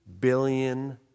billion